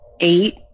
eight